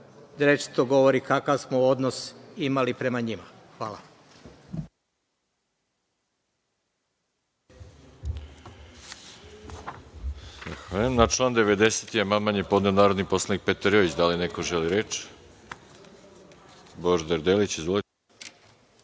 izričito govori kakav smo odnos imali prema njima. Hvala.